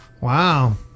Wow